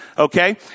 Okay